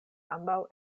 ambaŭ